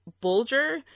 Bulger